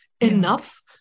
enough